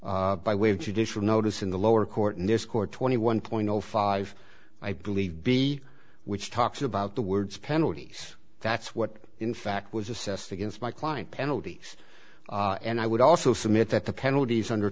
by way of judicial notice in the lower court and this court twenty one point zero five i believe b which talks about the words penalties that's what in fact was assessed against my client penalties and i would also submit that the penalties under